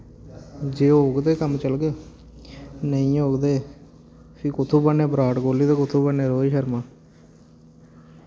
जे होग ते कम्म चलग नेईं होग ते फ्ही कुत्थुआं बनने बिराट कोहली ते कुत्थुआं बनने रोहित शर्मा